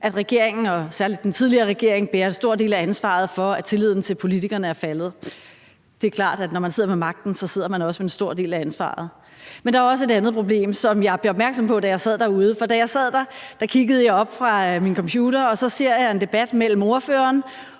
at regeringen og særlig den tidligere regering bærer en stor del af ansvaret for, at tilliden til politikerne er faldet. Det er klart, at når man sidder med magten, sidder man også med en stor del af ansvaret. Men der er også et andet problem, som jeg blev opmærksom på, da jeg sad derude. For da jeg sad der, kiggede jeg op fra min computer, og så ser jeg en debat mellem ordføreren